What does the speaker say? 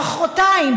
מוחרתיים,